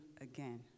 again